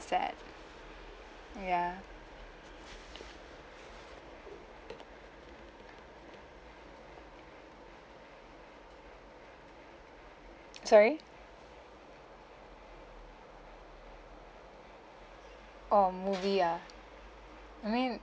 sad ya sorry oh movie ah I mean